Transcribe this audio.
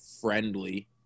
friendly